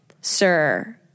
Sir